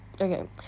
okay